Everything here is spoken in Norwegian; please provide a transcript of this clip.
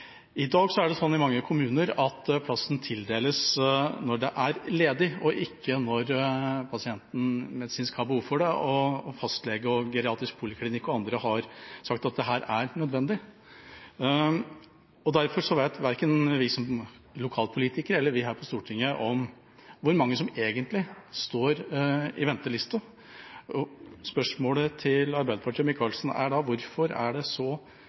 I dag er det slik i mange kommuner at plassen tildeles når det er ledig, og ikke når pasienten medisinsk har behov for det, og når fastlege og geriatrisk poliklinikk og andre har sagt at dette er nødvendig. Derfor vet verken lokalpolitikere eller vi her på Stortinget hvor mange som egentlig står på venteliste. Spørsmålet til Arbeiderpartiet og Micaelsen er da: Hvorfor er det så